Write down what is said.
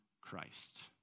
Christ